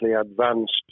advanced